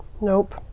Nope